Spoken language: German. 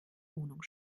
wohnung